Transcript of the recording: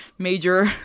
major